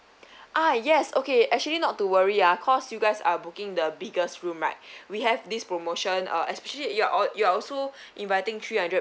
ah yes okay actually not to worry ah cause you guys are booking the biggest room right we have this promotion uh especially you're you are also inviting three hundred